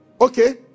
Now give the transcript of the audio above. Okay